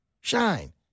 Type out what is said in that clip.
Shine